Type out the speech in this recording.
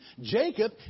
Jacob